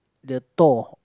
the Thor